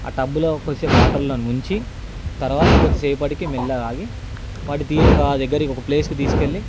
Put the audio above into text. ఆ టబ్లో కొద్దిసేపు వాటర్లో ముంచి తర్వాత కొద్ది సేపటికి మెల్లగా ఆగి వాటిని ఒక ఒక ప్లేస్కి తీసుకెళ్ళి